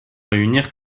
réunir